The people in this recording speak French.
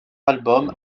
album